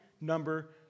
number